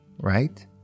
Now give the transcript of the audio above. right